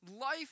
Life